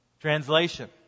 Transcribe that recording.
Translation